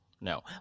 no